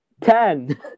Ten